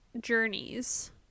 journeys